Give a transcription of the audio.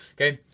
okay?